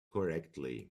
correctly